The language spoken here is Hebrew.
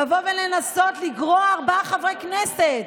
לבוא ולנסות לגרוע ארבעה חברי כנסת,